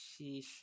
sheesh